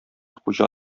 хуҗа